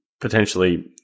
potentially